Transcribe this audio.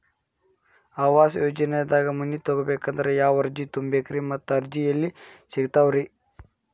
ಆವಾಸ ಯೋಜನೆದಾಗ ಮನಿ ತೊಗೋಬೇಕಂದ್ರ ಯಾವ ಅರ್ಜಿ ತುಂಬೇಕ್ರಿ ಮತ್ತ ಅರ್ಜಿ ಎಲ್ಲಿ ಸಿಗತಾವ್ರಿ?